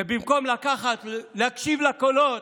ובמקום לקחת, להקשיב לקולות,